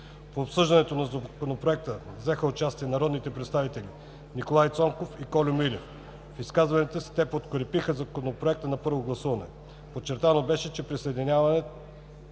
В обсъждането на Законопроекта взеха участие народните представители Николай Цонков и Кольо Милев. В изказванията си те подкрепиха Законопроекта на първо гласуване. Подчертано беше, че с присъединяването